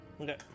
Okay